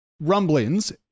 rumblings